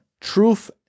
Truth